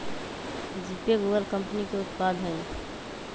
GPay Google company के उत्पाद हइ